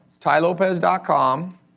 tylopez.com